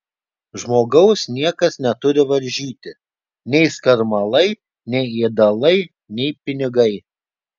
žmogaus niekas neturi varžyti nei skarmalai nei ėdalai nei pinigai